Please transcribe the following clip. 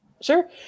Sure